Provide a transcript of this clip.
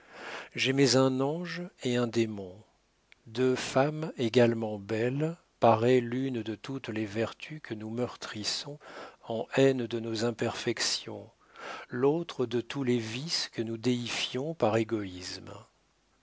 j'aimais un ange et un démon deux femmes également belles parées l'une de toutes les vertus que nous meurtrissons en haine de nos imperfections l'autre de tous les vices que nous déifions par égoïsme